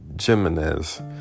Jimenez